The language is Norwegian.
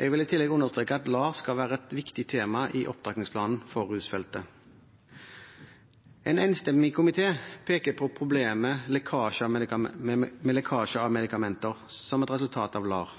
Jeg vil i tillegg understreke at LAR skal være et viktig tema i opptrappingsplanen for rusfeltet. En enstemmig komité peker på problemet med lekkasje av medikamenter som et resultat av LAR.